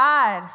God